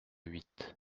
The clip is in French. huit